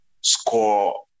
score